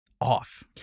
off